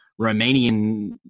Romanian